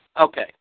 Okay